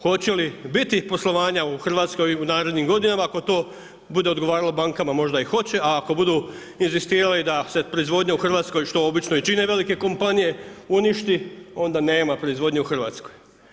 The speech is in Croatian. Hoće li biti poslovanja u Hrvatskoj u narednim godinama ako to bude odgovaralo bankama, možda i hoće a ako budu inzistirali da se proizvodnja u Hrvatskoj što obično i čine velike kompanije uništi onda nema proizvodnje u Hrvatskoj.